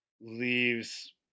leaves